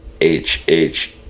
H-H